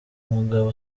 mugabo